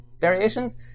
variations